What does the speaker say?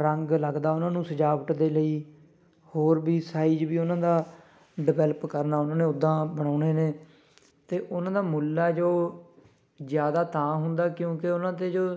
ਰੰਗ ਲੱਗਦਾ ਉਹਨਾਂ ਨੂੰ ਸਜਾਵਟ ਦੇ ਲਈ ਹੋਰ ਵੀ ਸਾਈਜ਼ ਵੀ ਉਹਨਾਂ ਦਾ ਡਿਵੈਲਪ ਕਰਨਾ ਉਹਨਾਂ ਨੇ ਉੱਦਾਂ ਬਣਾਉਣੇ ਨੇ ਅਤੇ ਉਹਨਾਂ ਦਾ ਮੁੱਲ ਹੈ ਜੋ ਜ਼ਿਆਦਾ ਤਾਂ ਹੁੰਦਾ ਕਿਉਂਕਿ ਉਹਨਾਂ 'ਤੇ ਜੋ